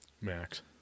Max